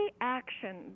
action